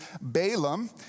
Balaam